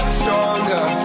stronger